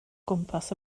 gwmpas